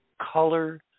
color